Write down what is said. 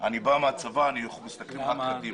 אני בא מהצבא ואנחנו מסתכלים קדימה.